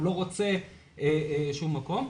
הוא לא רוצה שום מקום.